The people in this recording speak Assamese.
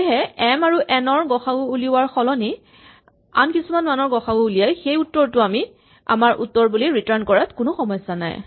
সেয়েহে এম আৰু এন ৰ গ সা উ ৰ উলিওৱাৰ সলনি আন কিছুমান মানৰ গ সা উ উলিয়াই সেই উত্তৰটো আমাৰ উত্তৰ বুলি ৰিটাৰ্ন কৰাত কোনো সমস্যা নাই